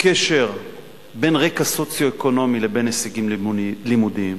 הקשר בין רקע סוציו-אקונומי לבין הישגים לימודיים.